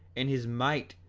in his might,